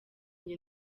njye